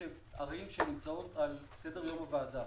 ערים שנמצאות על סדר יום הוועדה